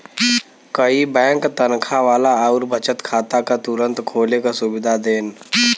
कई बैंक तनखा वाला आउर बचत खाता क तुरंत खोले क सुविधा देन